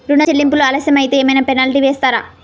ఋణ చెల్లింపులు ఆలస్యం అయితే ఏమైన పెనాల్టీ వేస్తారా?